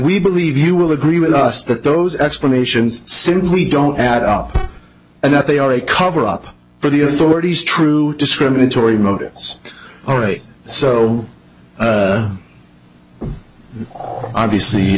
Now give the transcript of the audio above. we believe you will agree with us that those explanations simply don't add up and that they are a cover up for the authorities true discriminatory motives already so obviously